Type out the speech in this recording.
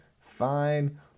Fine